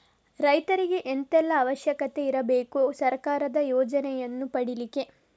ರೈತರಿಗೆ ಎಂತ ಎಲ್ಲಾ ಅವಶ್ಯಕತೆ ಇರ್ಬೇಕು ಸರ್ಕಾರದ ಯೋಜನೆಯನ್ನು ಪಡೆಲಿಕ್ಕೆ?